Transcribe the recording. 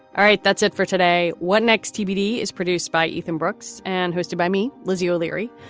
all right, that's it for today. what next? tbd is produced by ethan brooks and hosted by me. lizzie o'leary.